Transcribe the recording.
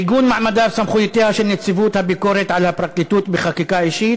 עיגון מעמדה וסמכויותיה של נציבות הביקורת על הפרקליטות בחקיקה ראשית,